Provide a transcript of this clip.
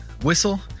Whistle